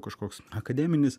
kažkoks akademinis